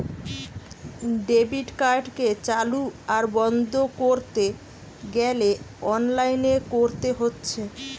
debit কার্ডকে চালু আর বন্ধ কোরতে গ্যালে অনলাইনে কোরতে হচ্ছে